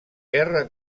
guerra